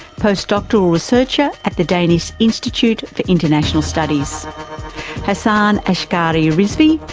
postdoctoral researcher at the danish institute for international studies hassan askari rizvi,